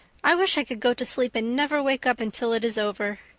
i wish i could go to sleep and never wake up until it is over.